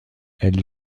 elle